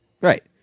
Right